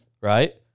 Right